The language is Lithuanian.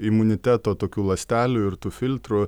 imuniteto tokių ląstelių ir tų filtrų